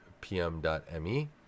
pm.me